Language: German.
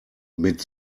mit